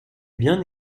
bien